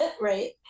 Right